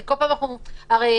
לא, אבל הם משחקים.